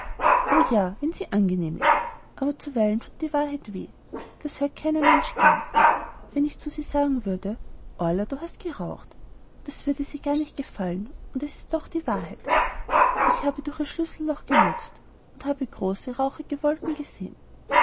o ja wenn sie angenehm ist aber zuweilen thut die wahrheit weh das hört keiner mensch gern wenn ich zu sie sagen würde orla du hast geraucht das würde sie gar nicht gefallen und es ist doch die wahrheit ich habe durch ihr schlüsselloch geluxt und habe große rauchige wolken gesehen